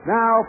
now